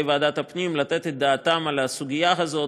ועדת הפנים לתת את דעתם על הסוגיה הזאת.